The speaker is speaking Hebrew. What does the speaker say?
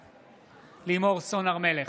בעד לימור סון הר מלך,